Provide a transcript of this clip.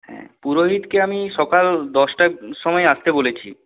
হ্যাঁ পুরোহিতকে আমি সকাল দশটার সময় আসতে বলেছি